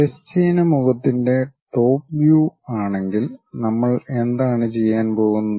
തിരശ്ചീന മുഖത്തിന്റെ top view ആണെങ്കിൽ നമ്മൾ എന്താണ് ചെയ്യാൻ പോകുന്നത്